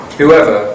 whoever